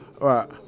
Right